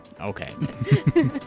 Okay